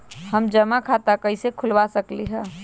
हम जमा खाता कइसे खुलवा सकली ह?